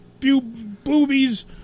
boobies